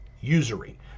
usury